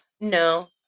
No